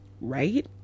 Right